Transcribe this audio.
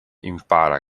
impara